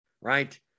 right